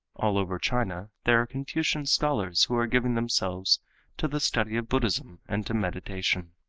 all over china there are confucian scholars who are giving themselves to the study of buddhism and to meditation.